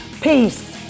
Peace